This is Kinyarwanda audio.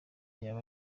yaba